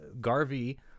Garvey